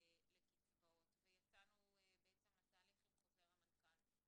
לקצבאות ויצאנו לתהליך עם חוזר המנכ"ל.